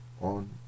on